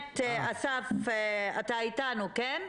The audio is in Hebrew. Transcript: אסף, אתה אתנו, כן.